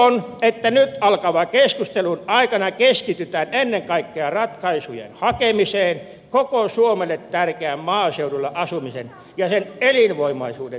toivon että nyt alkavan keskustelun aikana keskitytään ennen kaikkea ratkaisujen hakemiseen koko suomelle tärkeän maaseudulla asumisen ja sen elinvoimaisuuden turvaamiseksi